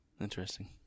Interesting